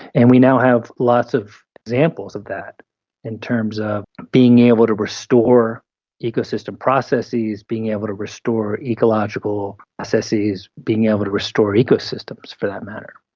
and we now have lots of examples of that in terms of being able to restore ecosystem processes, being able to restore ecological processes, being able to restore ecosystems for that matter.